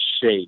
shape